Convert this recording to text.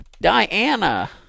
Diana